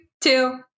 two